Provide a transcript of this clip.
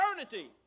eternity